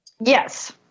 Yes